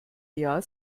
jahr